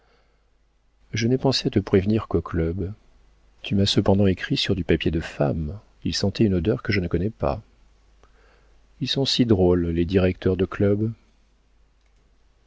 je n'ai pensé à te prévenir qu'au club tu m'as cependant écrit sur du papier de femme il sentait une odeur que je ne connais pas ils sont si drôles les directeurs de club